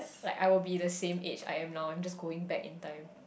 like I would be the same age I am now just going back in time